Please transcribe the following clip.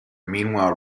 meanwhile